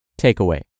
Takeaway